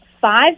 five